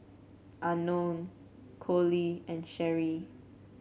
unknown Coley and Sherie